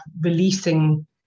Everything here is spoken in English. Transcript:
releasing